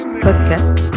Podcast